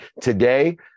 today